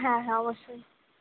হ্যাঁ হ্যাঁ অবশ্যই